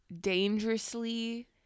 dangerously